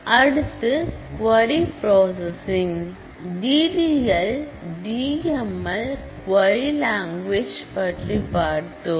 அடுத்து query processing DDL D M L query language பற்றி பார்த்தோம்